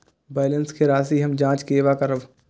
Balance के राशि हम जाँच केना करब?